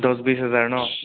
দহ বিছ হাজাৰ ন